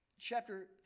Chapter